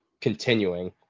continuing